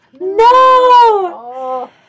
no